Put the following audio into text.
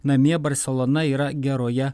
namie barselona yra geroje